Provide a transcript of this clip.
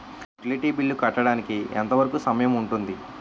Utility bill కట్టడానికి ఎంత వరుకు సమయం ఉంటుంది?